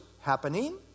happening